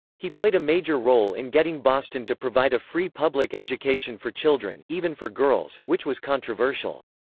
he played a major role in getting boston to provide a free public education for children, even for girls, which was controversial.